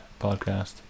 podcast